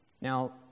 Now